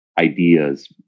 ideas